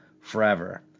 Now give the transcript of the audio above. forever